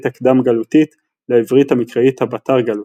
הקדם־גלותית לעברית המקראית הבתר־גלותית,